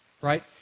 right